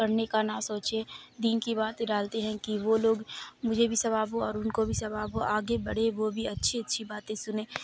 کرنے کا نہ سوچے دین کی باتیں ڈالتے ہیں کہ وہ لوگ مجھے بھی ثواب ہو اور ان کو بھی ثواب ہو آگے بڑھے وہ بھی اچھی اچھی باتیں سنے